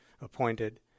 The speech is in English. appointed